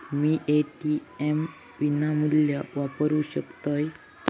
मी ATM विनामूल्य वापरू शकतय?